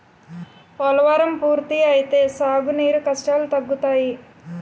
పోలవరం పూర్తి అయితే సాగు నీరు కష్టాలు తగ్గుతాయి